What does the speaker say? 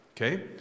Okay